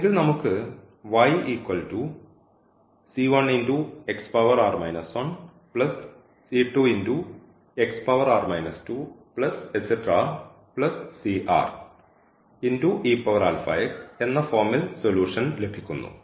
എങ്കിൽ നമുക്ക് എന്ന ഫോമിൽ സൊലൂഷൻ ലഭിക്കുന്നു